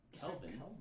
Kelvin